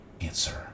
answer